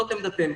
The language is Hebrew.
זאת עמדתנו.